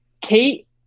Kate